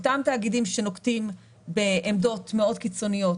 אותם תאגידים שנוקטים בעמדות מאוד קיצוניות,